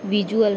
visual